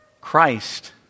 Christ